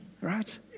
Right